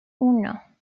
uno